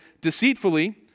deceitfully